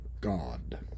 God